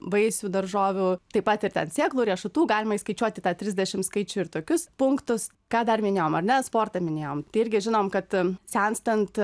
vaisių daržovių taip pat ir sėklų riešutų galima įskaičiuoti į tą trisdešim skaičių ir tokius punktus ką dar minėjom ar ne sportą minėjom tai irgi žinom kad senstant